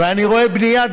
ואני רואה בנייה.